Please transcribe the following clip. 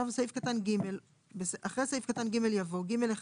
אחרי סעיף קטן (ג) יבוא: "(ג1)